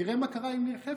תראה מה קרה עם ניר חפץ,